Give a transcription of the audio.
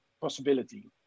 possibility